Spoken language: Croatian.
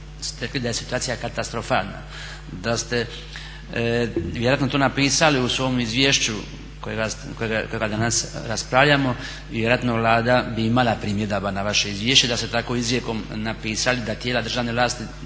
rekli da je situacija katastrofalna. Da ste vjerojatno to napisali u svom izvješću kojega danas raspravljamo i vjerojatno Vlada bi imala primjedaba na vaše izvješće da ste tako izrijekom napisali da tijela državne vlasti